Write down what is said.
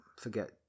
forget